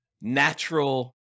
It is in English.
natural